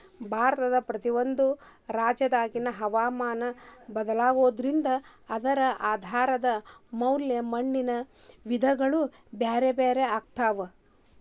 ಭಾರತದ ಪ್ರತಿಯೊಂದು ರಾಜ್ಯದಾಗಿನ ಹವಾಮಾನ ಬದಲಾಗೋದ್ರಿಂದ ಅದರ ಆಧಾರದ ಮ್ಯಾಲೆ ಮಣ್ಣಿನ ವಿಧಗಳು ಬ್ಯಾರ್ಬ್ಯಾರೇ ಆಗ್ತಾವ